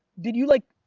did you like.